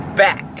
back